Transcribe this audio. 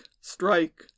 strike